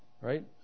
right